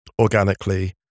organically